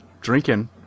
drinking